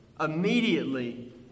immediately